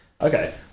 Okay